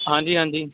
ਹਾਂਜੀ ਹਾਂਜੀ